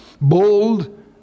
bold